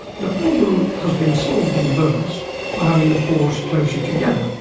the problem has been solved in birds by having the pores closer together,